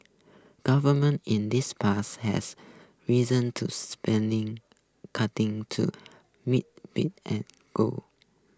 governments in the past has reason to spending cuting to meet being and goals